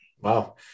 Wow